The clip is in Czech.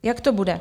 Jak to bude?